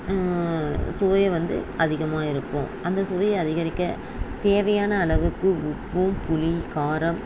சுவையை வந்து அதிகமாக இருக்கும் அந்த சுவையை அதிகரிக்க தேவையான அளவுக்கு உப்பு புலி காரம்